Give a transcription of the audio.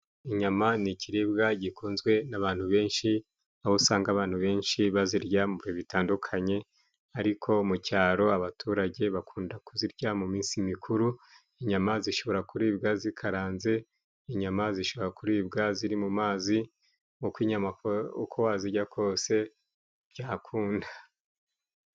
Inyama ni ikiribwa gikunzwe n'abantu benshi, aho usanga abantu benshi bazirya mu bihe bitandukanye, ariko mu cyaro abaturage bakunda kuzirya mu minsi mikuru. Inyama zishobora kuribwa zikaranze, inyama zishobora kuribwa ziri mu mazi, inyama uko wazijya kose byakunda.